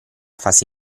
fase